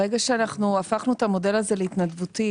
ברגע שאנחנו הפכנו את המודל הזה להתנדבותי,